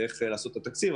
ואיך לעשות את התקציב.